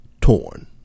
torn